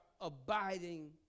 abiding